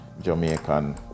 Jamaican